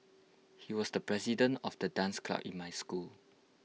he was the president of the dance club in my school